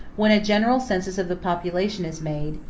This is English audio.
when a general census of the population is made,